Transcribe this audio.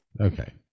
Okay